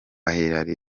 hillary